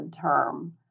term